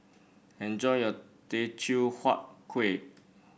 enjoy your Teochew Huat Kueh